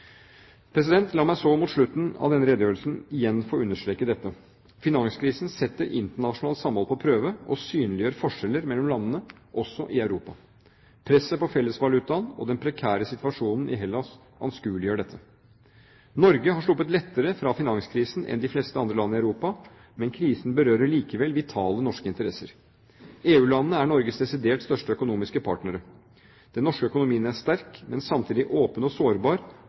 La meg så mot slutten av denne redegjørelsen igjen få understreke dette: Finanskrisen setter internasjonalt samhold på prøve og synliggjør forskjeller mellom landene, også i Europa. Presset på fellesvalutaen og den prekære situasjonen i Hellas anskueliggjør dette. Norge har sluppet lettere fra finanskrisen enn de fleste andre land i Europa, men krisen berører likevel vitale norske interesser. EU-landene er Norges desidert største økonomiske partnere. Den norske økonomien er sterk, men samtidig åpen og sårbar